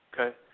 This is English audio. okay